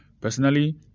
Personally